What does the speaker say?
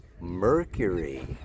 Mercury